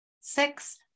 six